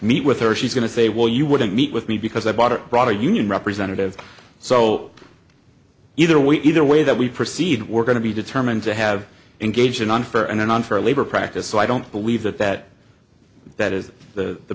meet with her she's going to say well you wouldn't meet with me because i bought a broader union representative so either we either way that we proceed we're going to be determined to have engaged in unfair and unfair labor practice so i don't believe that that that is the